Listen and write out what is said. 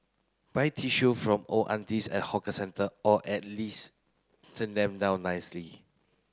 buy tissue from old aunties at hawker centre or at least turn them down nicely